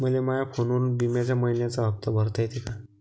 मले माया फोनवरून बिम्याचा मइन्याचा हप्ता भरता येते का?